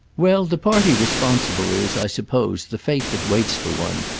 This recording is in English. well, the party responsible is, i suppose, the fate that waits for one,